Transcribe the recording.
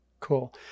Cool